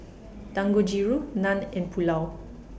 Dangojiru Naan and Pulao